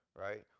right